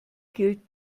gilt